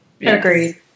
Agreed